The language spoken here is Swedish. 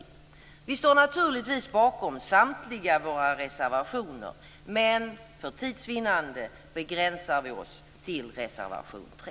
Vi moderater står naturligtvis bakom samtliga våra reservationer men för tids vinnande begränsar vi oss till att yrka bifall till reservation 3.